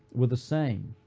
were the same.